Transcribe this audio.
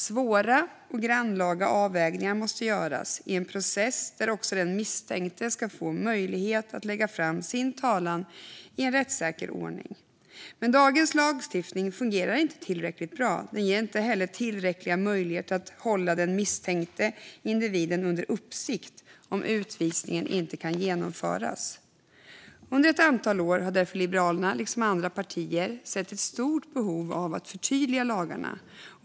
Svåra och grannlaga avvägningar måste göras i en process där också den misstänkte ska få möjlighet att lägga fram sin talan i en rättssäker ordning. Men dagens lagstiftning fungerar inte tillräckligt bra. Den ger inte heller tillräckliga möjligheter att hålla den misstänkta individen under uppsikt om utvisningen inte kan genomföras. Under ett antal år har därför Liberalerna, liksom andra partier, sett ett stort behov av att förtydliga lagarna.